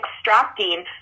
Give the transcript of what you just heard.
extracting